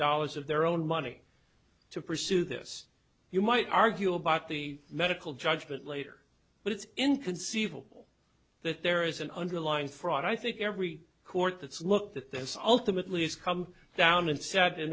dollars of their own money to pursue this you might argue about the medical judgment later but it's inconceivable that there is an underlying fraud i think every court that's looked at this ultimately has come down and said in